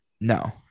No